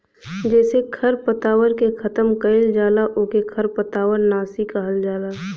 जेसे खरपतवार के खतम कइल जाला ओके खरपतवार नाशी कहल जाला